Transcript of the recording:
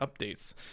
updates